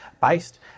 based